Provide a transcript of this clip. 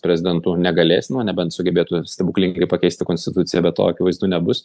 prezidentu negalės na nebent sugebėtų stebuklingai pakeisti konstituciją be to akivaizdu nebus